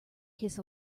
kiss